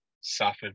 suffered